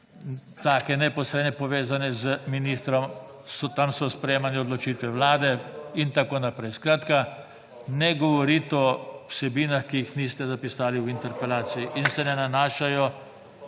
neposredne povezanosti z ministrom. Tam so sprejemane odločitve Vlade in tako naprej. Skratka, ne govoriti o vsebinah, ki jih niste zapisali v interpelaciji in se ne nanašajo